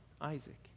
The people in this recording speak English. Isaac